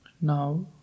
Now